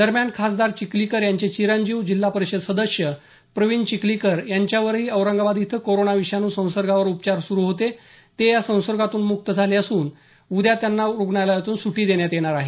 दरम्यान खासदार चिखलीकर यांचे चिरंजीव जिल्हा परिषद सदस्य प्रवीण चिखलीकर यांच्यावरही औरंगाबाद इथे कोरोना विषाणू संसर्गावर उपचार सुरू होते ते या संसर्गातून मुक्त झाले असून उद्या त्यांना रुग्णालयातून सुटी देण्यात येणार आहे